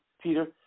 Peter